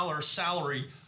salary